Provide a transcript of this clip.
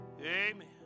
Amen